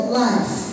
life